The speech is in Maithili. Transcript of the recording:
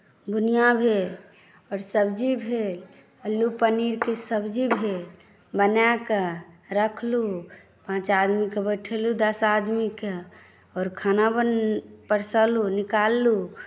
बुनिया भेल आओर सब्जी भेल आलू पनीरके सब्जी भेल बनाकए रखलहुँ पाँच आदमीकेँ बैठेलहुँ दस आदमीकेँ आओर खाना बनेलहुँ परसलहुँ निकाललहुँ